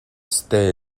stay